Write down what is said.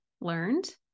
learned